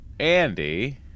Andy